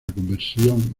conversión